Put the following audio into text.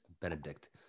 benedict